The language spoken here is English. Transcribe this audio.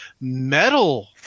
metal